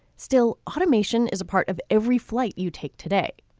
still automation is a part of every flight you take today.